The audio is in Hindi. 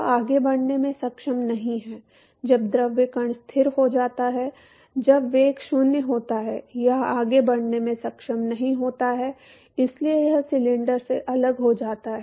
यह आगे बढ़ने में सक्षम नहीं है जब द्रव कण स्थिर हो जाता है जब वेग 0 होता है यह आगे बढ़ने में सक्षम नहीं होता है और इसलिए यह सिलेंडर से अलग हो जाता है